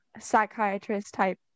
psychiatrist-type